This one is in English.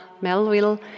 Melville